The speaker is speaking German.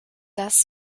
das